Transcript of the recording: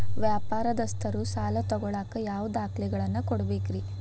ವ್ಯಾಪಾರಸ್ಥರು ಸಾಲ ತಗೋಳಾಕ್ ಯಾವ ದಾಖಲೆಗಳನ್ನ ಕೊಡಬೇಕ್ರಿ?